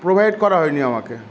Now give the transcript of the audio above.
provide করা হয়নি আমাকে